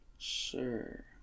sure